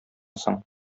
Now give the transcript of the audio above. соң